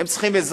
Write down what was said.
הם צריכים עזרה.